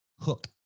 Hook